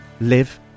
live